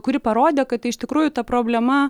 kuri parodė kad tai iš tikrųjų ta problema